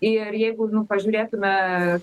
ir jeigu nu pažiūrėtume